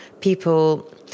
people